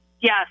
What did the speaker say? Yes